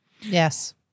Yes